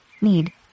need